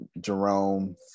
jerome